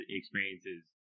experiences